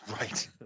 right